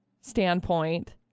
standpoint